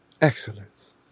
excellence